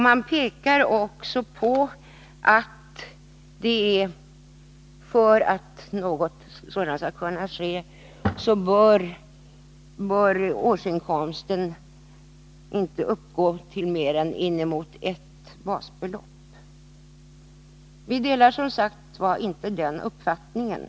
Man säger att det skall kunna ske om årsinkomsten inte uppgår till mer än inemot ett basbelopp. 157 Vi delar som sagt inte den uppfattningen.